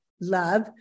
love